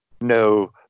No